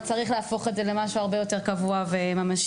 אבל צריך להפוך את זה למשהו הרבה יותר קבוע וממשי.